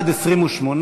התשע"ד 2014, נתקבלה.